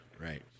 Right